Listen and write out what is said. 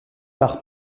par